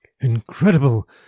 Incredible